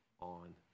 on